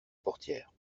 portière